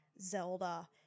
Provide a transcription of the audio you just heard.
Zelda